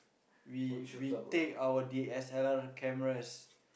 we we take our D_S_L_R cameras